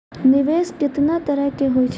निवेश केतना तरह के होय छै?